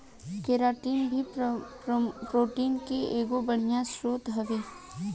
keratin भी protein के एगो बढ़िया स्रोत हवे